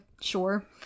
sure